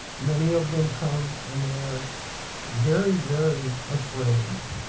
many of them come and they are very, very afraid.